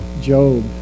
Job